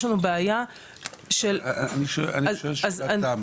יש לנו בעיה --- אני שואל שאלה.